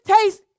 taste